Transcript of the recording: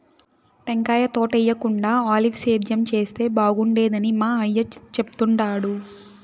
టెంకాయ తోటేయేకుండా ఆలివ్ సేద్యం చేస్తే బాగుండేదని మా అయ్య చెప్తుండాడు